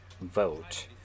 vote